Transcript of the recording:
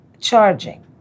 charging